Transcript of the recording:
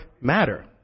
matter